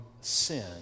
sin